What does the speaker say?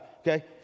okay